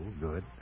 good